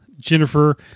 Jennifer